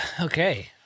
okay